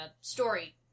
story